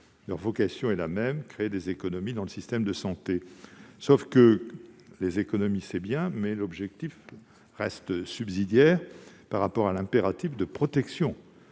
leur vocation est la même : créer des économies pour le système de santé. » Les économies, très bien ; mais cet objectif reste subsidiaire par rapport à l'impératif de protection